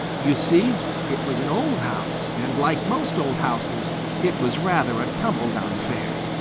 you see, it was an old house, and like most old houses it was rather a tumble-down affair.